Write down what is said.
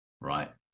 right